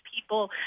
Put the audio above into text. people